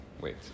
wait